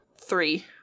three